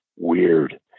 Weird